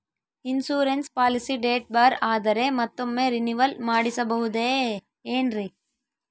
Insurance policy date ಬಾರ್ ಆದರೆ ಮತ್ತೊಮ್ಮೆ ರಿನಿವಲ್ ಮಾಡಿಸಬಹುದೇ ಏನ್ರಿ?